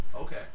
Okay